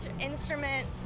instrument